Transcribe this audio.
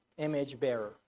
image-bearer